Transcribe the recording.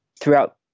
throughout